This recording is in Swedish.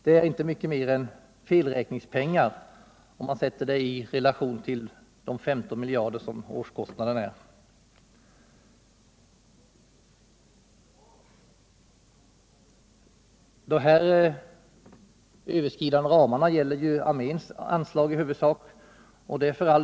Det är inte mycket mer än felräkningspengar, om man sätter beloppen i relation till de 15 miljarder som årskostnaderna är. Överskridandena av ramarna gäller arméns anslag i huvudsak.